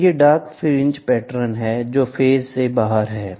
तो ये dark fringe pattern हैं जो फेज से बाहर हैं